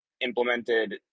implemented